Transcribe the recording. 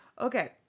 okay